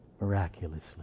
Miraculously